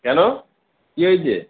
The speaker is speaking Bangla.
কেন কী হয়েছে